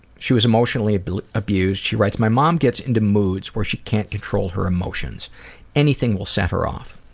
she was emotionally abused. she writes my mom gets into moods where she can't control her emotions anything will set her off.